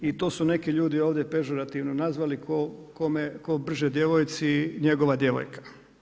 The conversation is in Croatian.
I to su neki ljudi ovdje pežorativno nazvali, ko brže djevojci, njegova djevojka.